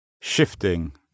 shifting